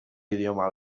idioma